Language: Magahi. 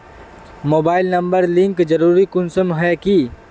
मोबाईल नंबर लिंक जरुरी कुंसम है की?